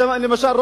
למשל,